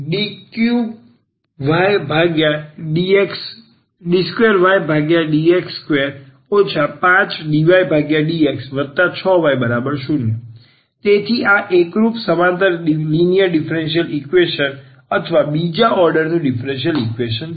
d2ydx2 5dydx6y0 તેથી આ એકરૂપ સમાંતર લિનિયર ડીફરન્સીયલ ઈક્વેશન ો અથવા 2જા ઓર્ડરનું ઈક્વેશન છે